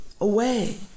away